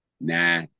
nah